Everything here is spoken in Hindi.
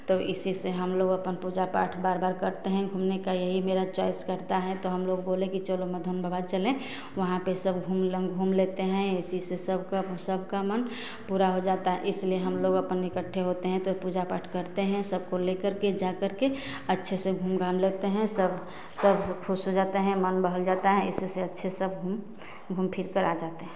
तो इसी से हमलोग पूजा पाठ बार बार करते हैं घूमने का यही मेरी च्वाइस करती है तो हमलोग बोले कि चलो माधवानन्द बाबा चलें वहाँ पर सब घूम ले घूम लेते हैं इसी से सबका सबका मन पूरा हो जाता है इसलिए हमलोग अपना इकठ्ठे होते हैं तो पूजा पाठ करते हैं सबको ले करके जा करके अच्छे से घूम घाम लेते हैं सब सब खुश हो जाते हैं मन बहल जाता है इसी से अच्छे से सब हम घूम फिरकर आ जाते हैं